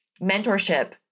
mentorship